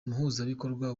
umuhuzabikorwa